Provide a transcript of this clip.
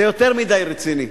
זה יותר מדי רציני.